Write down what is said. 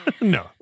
No